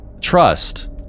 Trust